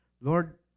Lord